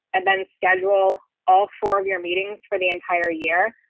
and then schedule all four of your meetings for the entire year.